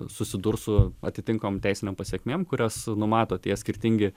susidurs su atitinkamom teisinėm pasekmėm kurias numato tie skirtingi